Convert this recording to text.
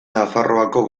nafarroako